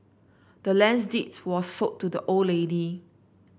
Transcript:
the land's deed was sold to the old lady